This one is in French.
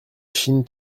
chine